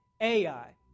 Ai